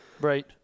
Right